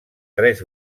tres